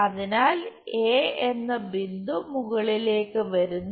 അതിനാൽ എ എന്ന ബിന്ദു മുകളിലേക്ക് വരുന്നു